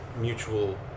mutual